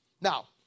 Now